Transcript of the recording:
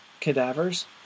cadavers